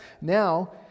Now